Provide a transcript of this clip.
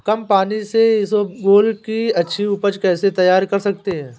कम पानी से इसबगोल की अच्छी ऊपज कैसे तैयार कर सकते हैं?